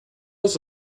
les